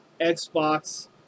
Xbox